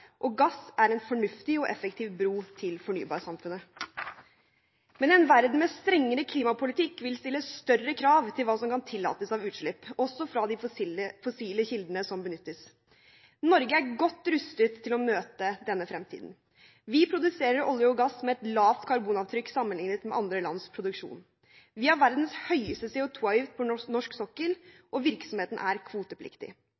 og gass er en fornuftig og effektiv bro til fornybarsamfunnet. Men en verden med strengere klimapolitikk vil stille større krav til hva som kan tillates av utslipp, også fra de fossile kildene som benyttes. Norge er godt rustet til å møte denne fremtiden. Vi produserer olje og gass med et lavt karbonavtrykk sammenlignet med andre lands produksjon. Norsk sokkel har verdens høyeste